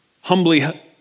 humbly